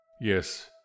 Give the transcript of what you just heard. Yes